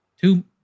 two